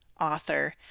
author